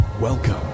Welcome